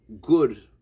good